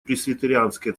пресвитерианской